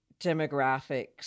demographics